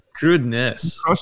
Goodness